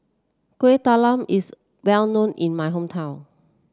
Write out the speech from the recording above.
Kueh Talam is well known in my hometown